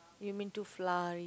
you mean too floury